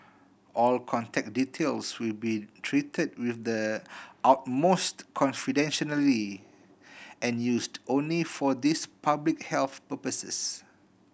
all contact details will be treated with the utmost confidentiality and used only for these public health purposes